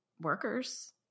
workers